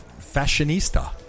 fashionista